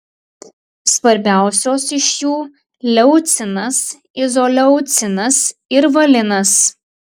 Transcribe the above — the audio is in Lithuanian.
svarbiausios iš jų leucinas izoleucinas ir valinas